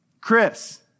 Chris